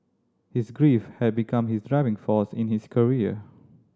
his grief had become his driving force in his career